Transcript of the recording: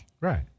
Right